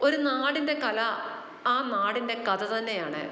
ഒരു നാടിന്റെ കല ആ നാടിന്റെ കഥ തന്നെയാണ്